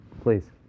Please